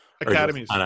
Academies